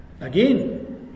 Again